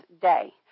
day